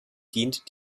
dient